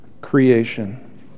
Creation